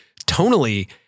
tonally